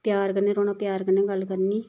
प्यार कन्नै रौह्ना प्यार कन्नै गल्ल करनी